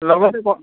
লগতে